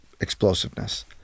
explosiveness